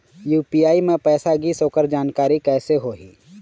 UPI म पैसा गिस ओकर जानकारी कइसे होही?